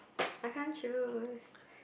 I can't choose